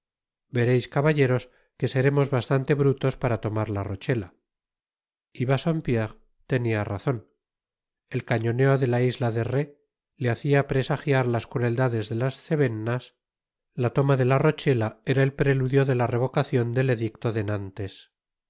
vereis caballeros que seremos bastante brutos para tomar la rochela y bassompierre tenia razon el cañoneo de la isla de rhé le hacia presajiar las crueldades de las cevennas la toma de la rochela era el preludio de la revocacion del edicto de nantes